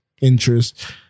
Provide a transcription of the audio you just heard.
interest